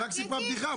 היא רק סיפרה בדיחה,